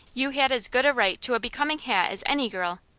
you had as good a right to a becoming hat as any girl.